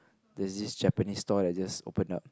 there's this Japanese stall that's just opened up